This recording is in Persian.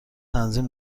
تنظیم